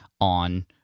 on